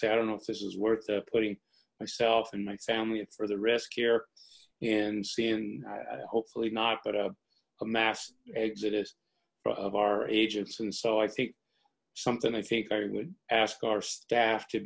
say i don't know if this is worth putting myself and my family for the risk here and seeing hopefully not but uh a mass exodus of our agents and so i think something i think i would ask our staff to